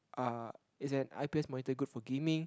uh is an I_P_S monitor good for gaming